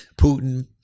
Putin